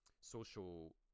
social